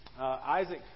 Isaac